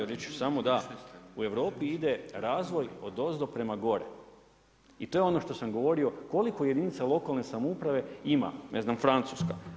Reći ću samo da u Europi ide razvoj odozdo prema gore i to je ono što sam govorio, koliko jedinica lokalne samouprave ima, ne znam Francuska.